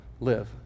live